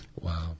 Wow